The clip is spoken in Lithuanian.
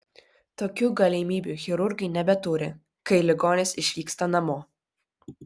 tokių galimybių chirurgai nebeturi kai ligonis išvyksta namo